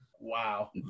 Wow